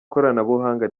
koranabuhanga